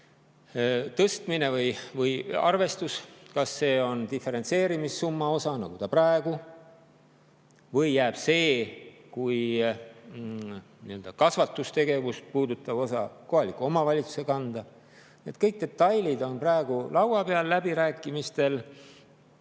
see on võimalik –, kas see on diferentseerimissumma osa, nagu see praegu on, või jääb see kasvatustegevust puudutav osa kohaliku omavalitsuse kanda. Kõik detailid on praegu [arutusel] läbirääkimistel,